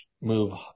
move